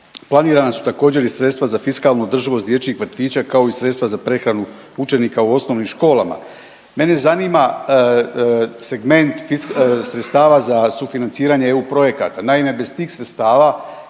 planirana su također i sredstva za fiskalnu održivost dječjih vrtića kao i sredstva za prehranu učenika u osnovnim školama. Mene zanima segment sredstava za sufinanciranje EU projekata. Naime, bez tih sredstava